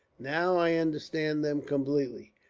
now i understand them complately,